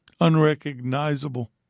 unrecognizable